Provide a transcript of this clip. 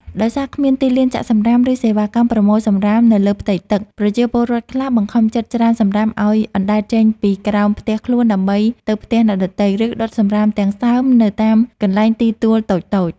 ដោយសារគ្មានទីលានចាក់សម្រាម ឬសេវាកម្មប្រមូលសម្រាមនៅលើផ្ទៃទឹក ប្រជាពលរដ្ឋខ្លះបង្ខំចិត្តច្រានសម្រាមឱ្យអណ្ដែតចេញពីក្រោមផ្ទះខ្លួនឯងទៅផ្ទះអ្នកដទៃ ឬដុតសម្រាមទាំងសើមនៅតាមកន្លែងដីទួលតូចៗ។